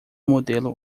modelo